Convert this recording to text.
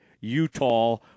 Utah